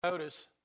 notice